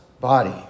body